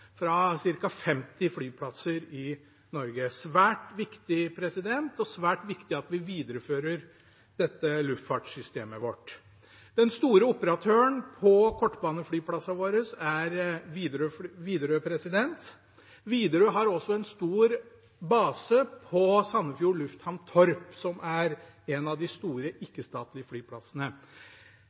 fra ca. 50 flyplasser i Norge. Det er svært viktig, og det er svært viktig at vi viderefører dette luftfartssystemet vårt. Den store operatøren på kortbaneflyplassene våre er Widerøe. Widerøe har også en stor base på Sandefjord lufthavn Torp, som er en av de store ikke-statlige flyplassene.